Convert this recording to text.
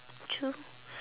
true